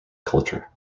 culture